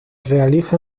realiza